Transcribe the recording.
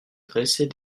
dresser